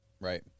Right